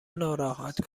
ناراحت